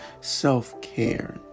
self-care